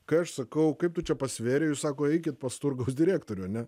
kai aš sakau kaip tu čia pasvėrei jūs sako eikit pas turgaus direktorių ane